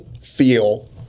feel